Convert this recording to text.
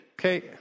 Okay